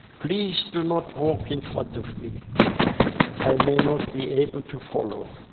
please do not walk in front of me i may not be able to follow.